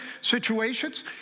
situations